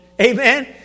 Amen